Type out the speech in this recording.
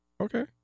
Okay